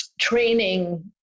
training